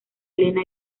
elena